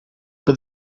but